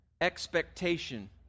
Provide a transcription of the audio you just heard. expectation